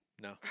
No